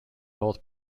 both